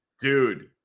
Dude